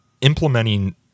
implementing